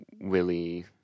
Willie